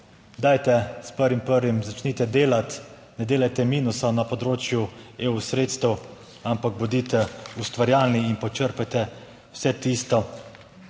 dajte s 1. 1. začnite delati, ne delajte minusa na področju EU sredstev, ampak bodite ustvarjalni in počrpajte vse tisto,